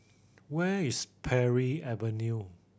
where is Parry Avenue